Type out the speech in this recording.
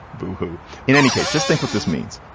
but hoo. in any case. just think what this means.